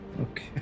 Okay